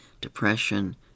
depression